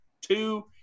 two